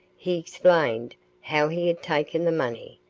he explained how he had taken the money,